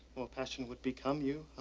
more passion would become you,